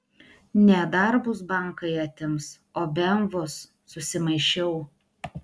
ne darbus bankai atims o bemvus susimaišiau